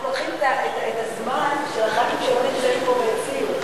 אנחנו לוקחים את הזמן של חברי הכנסת שלא נמצאים פה והציעו.